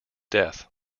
death